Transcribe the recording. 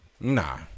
Nah